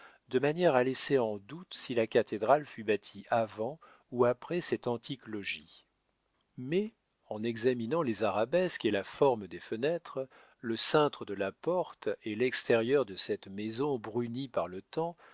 de manière à laisser en doute si la cathédrale fut bâtie avant ou après cet antique logis mais en examinant les arabesques et la forme des fenêtres le cintre de la porte et l'extérieur de cette maison brunie par le temps